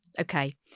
Okay